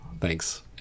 Thanks